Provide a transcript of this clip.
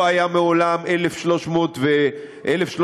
לא היו מעולם 1,300 תקנים,